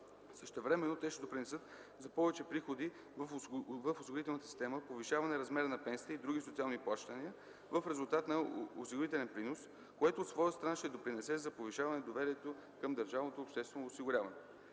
Същевременно те ще допринесат за повече приходи в осигурителната система, повишаване размера на пенсиите и другите социални плащания в резултат на осигурителния принос, което от своя страна ще допринесе за повишаване доверието към